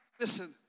Listen